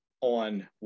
on